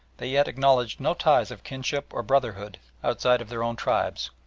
they yet acknowledged no ties of kinship or brotherhood outside of their own tribes,